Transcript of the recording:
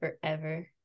forever